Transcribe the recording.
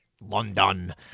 London